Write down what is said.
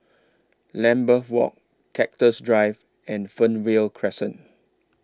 Lambeth Walk Cactus Drive and Fernvale Crescent